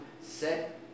set